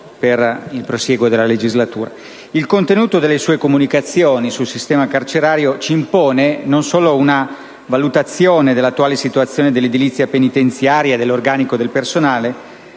Il contenuto delle sue comunicazioni sul sistema carcerario ci impone non solo una valutazione dell'attuale situazione dell'edilizia penitenziaria e dell'organico del personale,